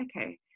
okay